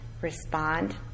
respond